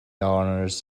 honours